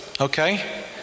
okay